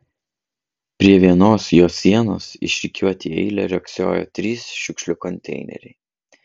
prie vienos jo sienos išrikiuoti į eilę riogsojo trys šiukšlių konteineriai